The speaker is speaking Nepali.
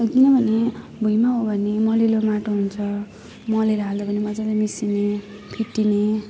किनभने भुइँमा हो भने मलिलो माटो हुन्छ मलहरू हाल्यो भने मजाले मिसिने फिटिने